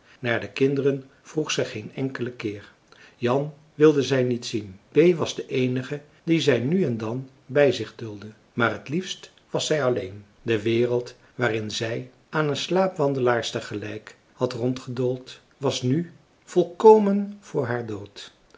naar de kinderen vroeg zij geen enkelen keer jan wilde zij niet zien bee was de eenige die zij nu en dan bij zich duldde maar het liefst was zij alleen de wereld waarin zij aan een slaapwandelaarster gelijk had rondgedoold was nu volkomen voor haar dood